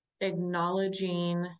acknowledging